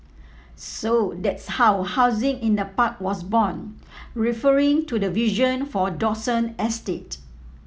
so that's how housing in a park was born referring to the vision for Dawson estate